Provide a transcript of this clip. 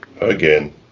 Again